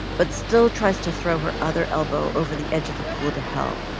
but still tries to throw her other elbow over the edge of the pool to help,